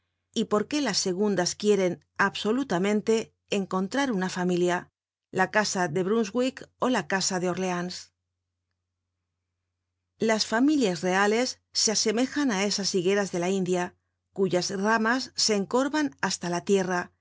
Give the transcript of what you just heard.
y por qué las segundas quieren absolutamente encontrar una familia la casa de brunswick ó la casa de orleans las familias reales se asemejan á esas higueras de la india cuyas ramas se encorvan hasta la tierra